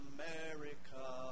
America